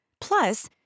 Plus